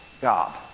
God